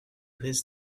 his